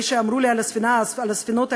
מי שאמרו לי על הספינות האלה,